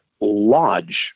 lodge